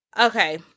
Okay